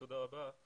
תודה רבה.